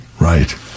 Right